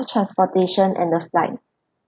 transportation and the flight